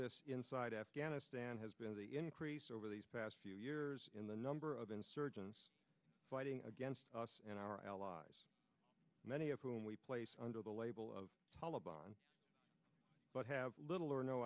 this inside afghanistan has been the increase over these past few years in the number of insurgents fighting against us and our allies many of whom we place under the label of taliban but have little or no